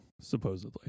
supposedly